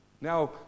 Now